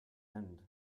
end